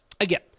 again